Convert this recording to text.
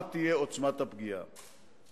מה תהיה עוצמת הפגיעה.